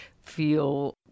feel